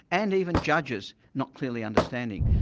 and even judges, not clearly understanding.